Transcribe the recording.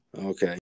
okay